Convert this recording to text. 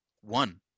One